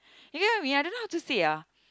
you get what I mean I don't know how to say ah